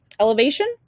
elevation